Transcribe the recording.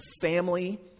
family